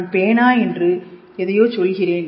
நான் பேனா என்று எதையோ சொல்கிறேன்